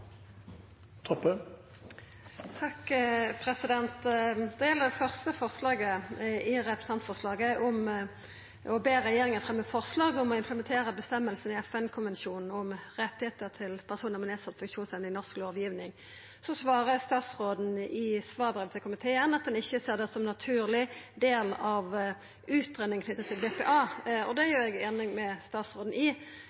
representantforslaget, der ein «ber regjeringen fremme forslag om å implementere bestemmelsene i FNs konvensjon om rettighetene til personer med nedsatt funksjonsevne i norsk lovgivning». I brevet til komiteen svarar statsråden at ho ikkje ser det som ein naturleg del av ei utgreiing knytt til BPA. Det er